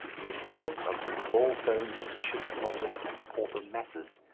the appearance of these gall stones of vicious, helpless, and pauper masses.